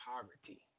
poverty